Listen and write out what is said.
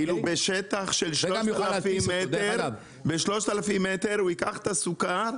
כאילו בשטח של 3,000 מטר הוא ייקח את הסוכר,